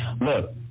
look